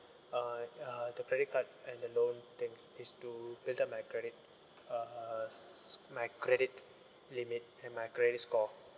uh uh the credit card and the loan things is to build up my credit uh uh s~ my credit limit and my credit score